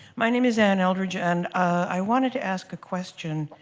my name is ann eldridge. and i wanted to ask a question